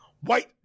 White